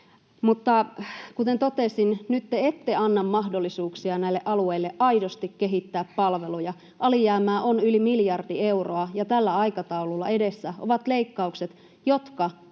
Kuten totesin, nyt te ette anna mahdollisuuksia näille alueille aidosti kehittää palveluja. Alijäämää on yli miljardi euroa, ja tällä aikataululla edessä ovat leikkaukset, jotka